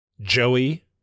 joey